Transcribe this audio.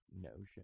notion